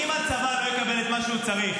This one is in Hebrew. --- אם הצבא לא יקבל את מה שהוא צריך,